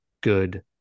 good